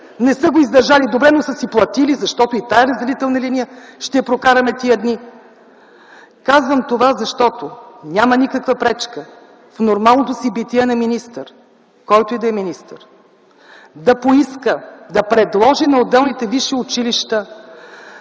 не са го издържали добре, но са си платили, защото и тази разделителна линия ще прокараме тези дни. Казвам това, защото няма никаква пречка в нормалното си битие на министър, който и да е министър, да поиска, да предложи на отделните висши училища